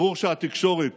ברור שהתקשורת